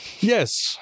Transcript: Yes